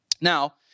Now